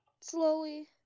Slowly